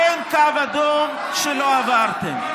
אין קו אדום שלא עברתם.